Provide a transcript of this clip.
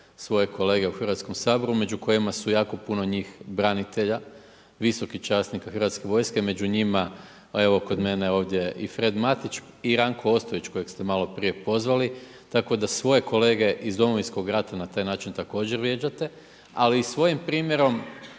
svoje kolege u Hrvatskom saboru među kojima su jako puno njih branitelja, visokih časnika Hrvatske vojske, među njima evo kod mene ovdje i Fred Matić i Ranko Ostojić kojeg ste malo prije prozvali. Tako da svoje kolege iz Domovinskog rata na taj način također vrijeđate, ali i svojim primjerom